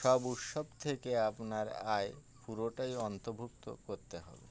সব উৎসব থেকে আপনার আয় পুরোটাই অন্তর্ভুক্ত করতে হবে